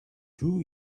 two